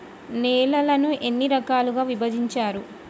నేలలను ఎన్ని రకాలుగా విభజించారు?